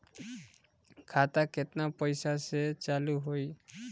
खाता केतना पैसा से चालु होई?